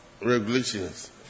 regulations